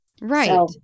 Right